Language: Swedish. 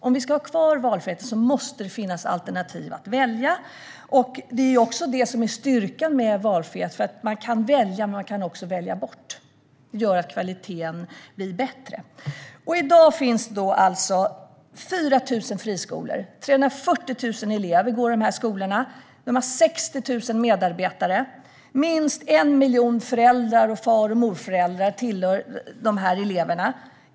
Om vi ska ha kvar valfriheten måste det finnas alternativ att välja bland. Det är också detta som är styrkan med valfrihet - man kan välja, men man kan också välja bort, vilket gör att kvaliteten blir bättre. I dag finns 4 000 friskolor. 340 000 elever går i dessa skolor. De har 60 000 medarbetare. Minst 1 miljon föräldrar och far och morföräldrar tillhör de här eleverna.